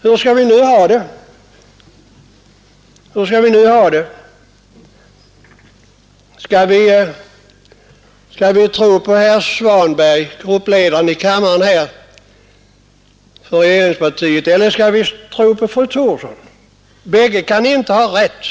Hur skall vi nu ha det? Skall vi tro på herr Svanberg, gruppledaren i kammaren för regeringspartiet, eller på fru Thorsson? Bägge kan inte ha rätt.